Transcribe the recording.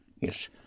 Yes